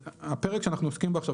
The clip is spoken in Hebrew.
הפרק שאנחנו עוסקים בו עכשיו,